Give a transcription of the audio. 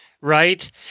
Right